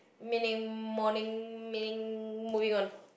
meaning morning meaning moving on